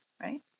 right